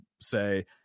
say